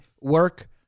work